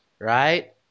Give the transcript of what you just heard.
right